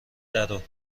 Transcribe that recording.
درو